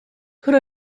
could